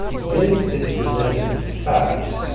this is presented as a fact.